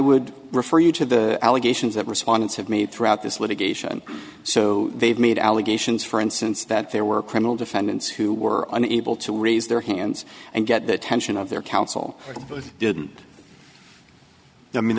would refer you to the allegations that respondents have made throughout this litigation so they've made allegations for instance that there were criminal defendants who were unable to raise their hands and get the attention of their counsel didn't mean